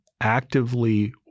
actively